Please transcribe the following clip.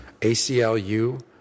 ACLU